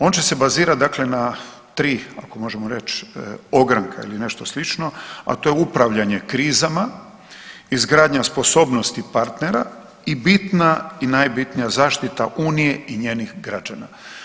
On će se bazirat dakle na tri ako možemo reći, ogranka ili nešto slično, a to je upravljanje krizama, izgradnja sposobnosti partnera i bitna i najbitnija, zaštita Unije i njenih građana.